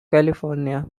california